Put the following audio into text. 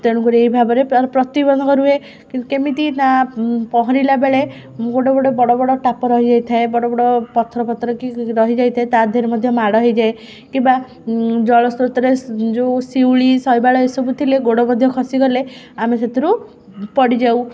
ତେଣୁକରି ଏଇ ଭାବରେ ପ୍ରତିବନ୍ଧକ ରୁହେ କିନ୍ତୁ କେମିତି ନାଁ ପହଁରିଲା ବେଳେ ମୁଁ ଗୋଟେ ଗୋଟେ ବଡ଼ ବଡ଼ ଟାପ ରହିଯାଇଥାଏ ବଡ଼ ବଡ଼ ପଥର ଫଥର କି ରହିଯାଇଥାଏ ତା ଦେହରେ ମଧ୍ୟ ମାଡ଼ ହେଇଯାଏ କିମ୍ବା ଜଳସ୍ରୋତରେ ଯେଉଁ ଶିଉଳି ଶୈବାଳ ଏସବୁ ଥିଲେ ଗୋଡ଼ ମଧ୍ୟ ଖସିଗଲେ ଆମେ ସେଥିରୁ ପଡ଼ିଯାଉ